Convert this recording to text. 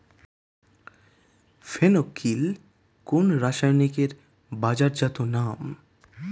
ফেন কিল কোন রাসায়নিকের বাজারজাত নাম?